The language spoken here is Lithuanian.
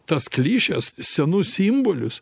tas klišes senus simbolius